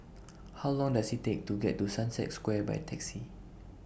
How Long Does IT Take to get to Sunset Square By Taxi